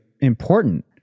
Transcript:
important